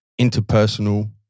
interpersonal